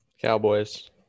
Cowboys